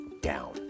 down